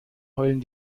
heulen